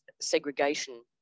segregation